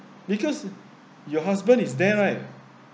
because your husband is there right